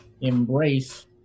embrace